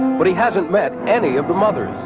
but he hasn't met any of the mothers!